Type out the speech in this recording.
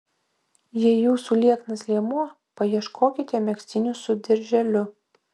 jei jūsų lieknas liemuo paieškokite megztinių su dirželiu